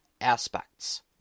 aspects